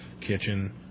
kitchen